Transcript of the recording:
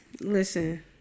Listen